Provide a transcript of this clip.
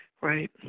right